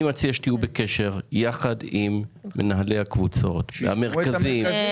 אני מציע שתהיו בקשר יחד עם מנהלי הקבוצות והמרכזים.